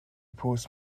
pws